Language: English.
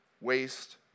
waste